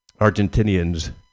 Argentinians